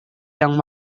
yang